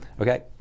Okay